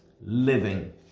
living